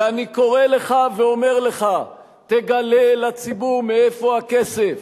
ואני קורא לך ואומר לך: תגלה לציבור מאיפה הכסף,